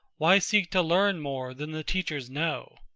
why seek to learn more than the teachers know?